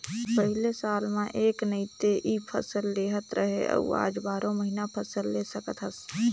पहिले साल म एक नइ ते इ फसल लेहत रहें अउ आज बारो महिना फसल ले सकत हस